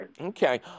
Okay